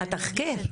התחקיר.